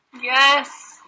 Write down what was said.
Yes